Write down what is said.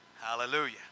Hallelujah